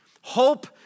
Hope